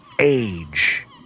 age